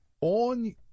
on